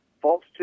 False